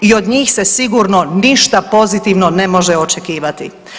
I od njih se sigurno ništa pozitivno ne može očekivati.